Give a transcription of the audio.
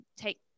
take